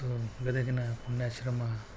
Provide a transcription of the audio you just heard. ಮತ್ತು ಗದಗಿನ ಪುಣ್ಯಾಶ್ರಮ